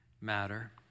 matter